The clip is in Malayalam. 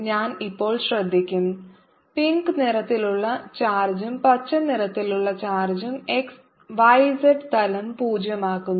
ഞാൻ ഇപ്പോൾ ശ്രദ്ധിക്കും പിങ്ക് നിറത്തിലുള്ള ചാർജും പച്ച നിറത്തിലുള്ള ചാർജും y z തലം പൂജ്യമാക്കുന്നു